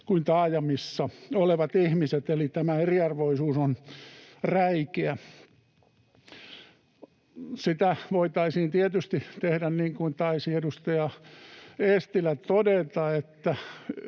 juuri näin!] eli tämä eriarvoisuus on räikeää. Voitaisiin tietysti tehdä niin kuin taisi edustaja Eestilä todeta: ottaa